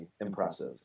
impressive